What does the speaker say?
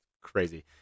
Crazy